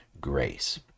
grace